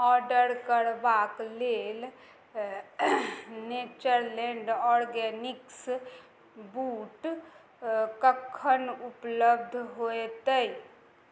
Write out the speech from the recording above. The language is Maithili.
ऑर्डर करबाक लेल नेचरलैंड ऑर्गेनिक्स बूट कखन उपलब्ध होएतैक